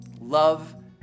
love